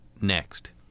next